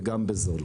וגם בזול.